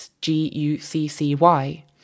G-U-C-C-Y